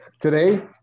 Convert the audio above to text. Today